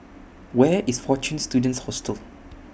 Where IS Fortune Students Hostel